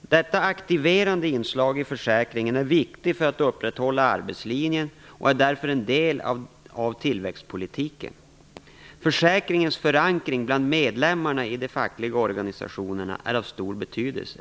Detta aktiverande inslag i försäkringen är viktigt för att upprätthålla arbetslinjen och är därför en del av tillväxtpolitiken. Försäkringens förankring bland medlemmarna i de fackliga organisationerna är av stor betydelse.